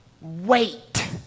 Wait